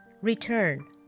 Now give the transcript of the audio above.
Return